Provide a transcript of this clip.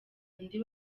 undi